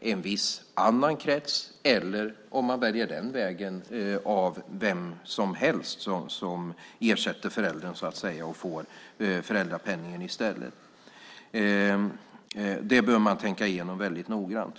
en viss annan krets eller, om man väljer den vägen, av vem som helst som så att säga ersätter föräldern och får föräldrapenningen i stället? Det bör man tänka igenom väldigt noggrant.